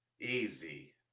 easy